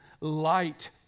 light